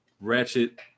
Ratchet